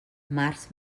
març